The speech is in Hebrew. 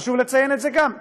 חשוב לציין גם את זה,